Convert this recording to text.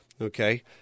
okay